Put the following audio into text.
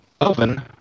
oven